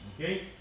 Okay